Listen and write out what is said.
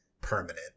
permanent